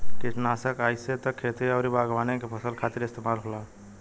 किटनासक आइसे त खेती अउरी बागवानी के फसल खातिर इस्तेमाल होला